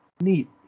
Neat